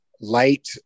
light